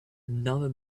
another